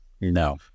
No